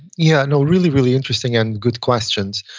yeah, no, really, really interesting and good questions.